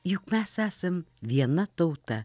juk mes esam viena tauta